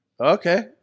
okay